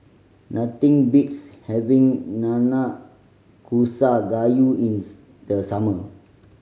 nothing beats having Nanakusa Gayu in the summer